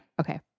okay